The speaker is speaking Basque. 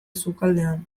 sukaldean